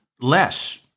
less